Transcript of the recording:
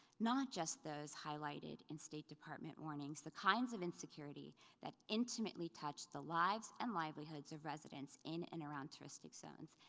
not just those highlighted in state department warnings, the kinds of insecurity that intimately touch the lives and livelihoods of residents in and around touristic zones.